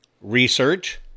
research